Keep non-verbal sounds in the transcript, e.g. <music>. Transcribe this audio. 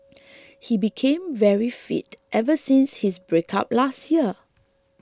<noise> he became very fit ever since his breakup last year